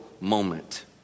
moment